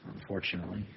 unfortunately